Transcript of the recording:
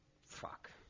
fuck